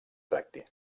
tracti